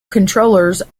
controllers